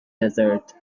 desert